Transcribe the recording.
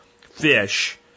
fish